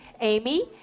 Amy